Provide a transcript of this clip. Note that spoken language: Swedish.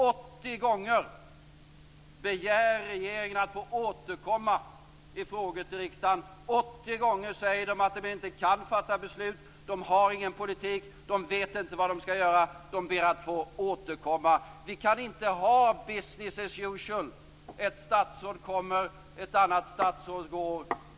80 gånger begär regeringen att få återkomma till riksdagen i olika frågor. 80 gånger säger de att de inte kan fattat beslut, de har ingen politik, de vet inte vad de skall göra, de ber att få återkomma. Vi kan inte ha business as usual; ett statsråd kommer och ett annat statsråd går.